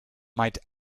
might